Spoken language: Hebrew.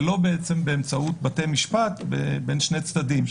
ולא באמצעות בתי משפט בין שני צדדים.